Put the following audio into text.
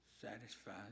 satisfied